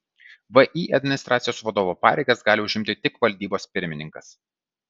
vį administracijos vadovo pareigas gali užimti tik valdybos pirmininkas